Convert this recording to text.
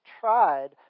tried